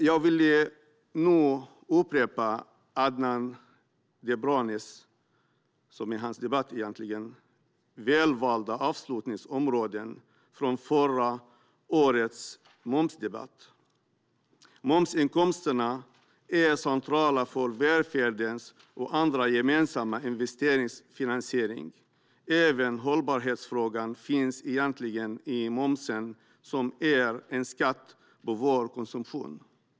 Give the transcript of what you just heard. Jag ska nu upprepa Adnan Dibranis - det är egentligen hans debatt - väl valda avslutningsord från förra årets momsdebatt: "Momsinkomsterna är centrala för välfärdens och andra gemensamma investeringars finansiering. Även hållbarhetsfrågan finns egentligen i momsen, som är en skatt på vår konsumtion.